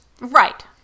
Right